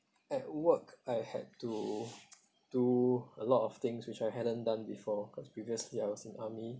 at work I had to do a lot of things which I hadn't done before cause previously I was in the army